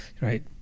Right